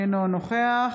אינו נוכח